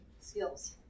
Skills